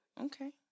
okay